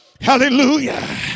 Hallelujah